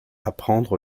apprendre